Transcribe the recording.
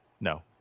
No